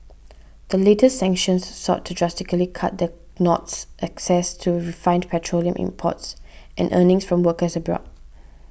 the latest sanctions sought to drastically cut the North's access to refined petroleum imports and earnings from workers abroad